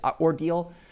ordeal